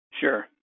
Sure